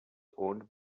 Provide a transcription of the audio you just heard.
owned